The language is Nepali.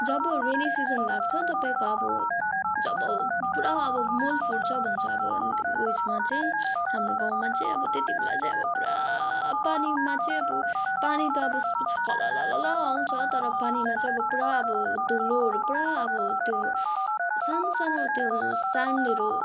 जब रेनी सिजन लाग्छ तपाईँको अब जब पुरा अब मूल फुट्छ भन्छ अब उयसमा चाहिँ हाम्रो गाउँमा चाहिँ अब त्यति बेला चाहिँ अब पुरा पानीमा चाहिँ अब पानी त अब कललल आउँछ तर पानीमा चाहिँ अब पुरा अब धुलोहरू पुरा अब त्यो सानो सानो त्यो स्यान्डहरू